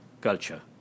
culture